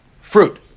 fruit